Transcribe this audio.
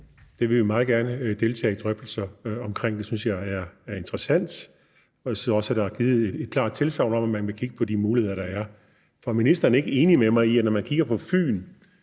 Det vil vi meget gerne deltage i drøftelser omkring. Det synes jeg er interessant, og jeg synes også, at der er givet et klart tilsagn om, at man vil kigge på de muligheder, der er. For er ministeren ikke enig med mig i, at når man kigger på Fyn,